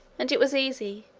and it was easy,